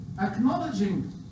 acknowledging